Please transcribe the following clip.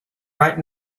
right